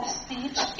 speech